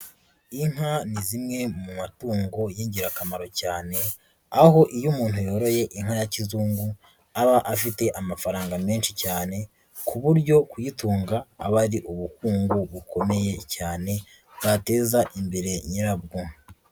Inka ni zimwe mu matungo y'ingirakamaro cyane, aho iyo umuntu yoroye inka ya kizungu aba afite amafaranga menshi cyane, ku buryo kuyitunga aba ari ubukungu bukomeye cyane bwateza imbere nyirabwo.